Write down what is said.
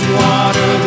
water